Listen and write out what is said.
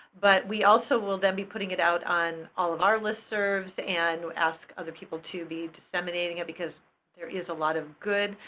but we also will then be putting it out on all of our listservs and ask other people to be disseminating it, because there is a lot of good,